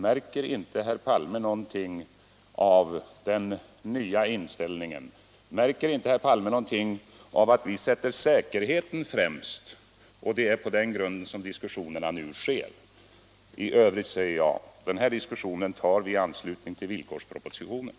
Märker inte herr Palme någonting av den nya inställningen? Märker inte herr Palme att vi sätter säkerheten främst? Det är på den grunden som diskussionerna nu förs. I övrigt säger jag: Den här diskussionen tar vi i anslutning till villkorspropositionen.